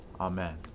Amen